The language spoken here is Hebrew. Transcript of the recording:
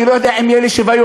אני לא יודע אם יהיה לי שוויון,